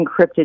encrypted